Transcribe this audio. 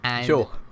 Sure